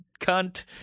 cunt